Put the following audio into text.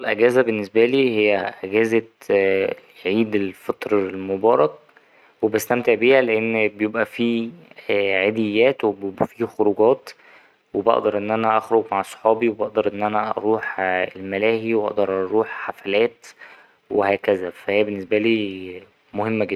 الأجازة بالنسبالي هي إجازة عيد الفطر المبارك وبستمتع بيها لأن بيوبقى فيه عديات وبيوبقى فيه خروجات وبقدر إن أنا اخرج مع صحابي وبقدر إن أنا أروح الملاهي وأقدر أروح حفلات وهكذا فا هي بالنسبالي مهمة جدا.